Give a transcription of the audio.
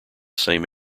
same